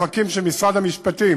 מחכים שמשרד המשפטים